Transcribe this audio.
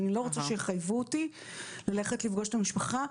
אני לא רוצה שיחייבו אותי ללכת לפגוש את המשפחה.